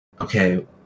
okay